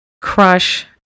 crush